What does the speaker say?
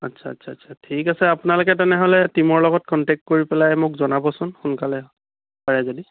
আচ্ছা আচ্ছা আচ্ছা ঠিক আছে আপোনালোকে তেনেহ'লে টিমৰ লগত কণ্টেক্ট কৰি পেলাই মোক জনাবচোন সোনকালে পাৰে যদি